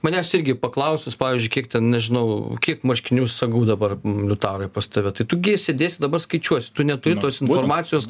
manęs irgi paklausus pavyzdžiui kiek ten nežinau kiek marškinių sagų dabar liutaurai pas tave tai tu gi sėdėsi dabar skaičiuosi tu neturi tos informacijos